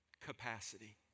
capacity